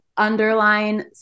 underline